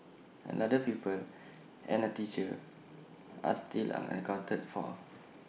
another pupil and A teacher are still unaccounted for